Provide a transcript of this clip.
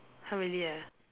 !huh! really ah